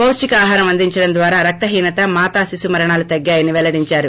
పాప్టికాహారం అందించడం ద్వారా రక్తహీనతమాతా శిశు మరణాలు తగ్గాయని పెల్లడిందారు